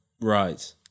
Right